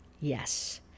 Yes